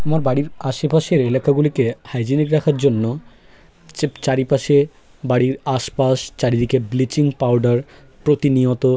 আমার বাড়ির আশেপাশে এলাকাগুলিকে হাইজেনিক রাখার জন্য যে চারিপাশে বাড়ির আশপাশ চারিদিকে ব্লিচিং পাউডার প্রতিনিয়ত